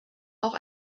auch